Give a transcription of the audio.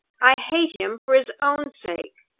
i hate him for his own sake.